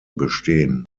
bestehen